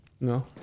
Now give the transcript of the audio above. No